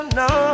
no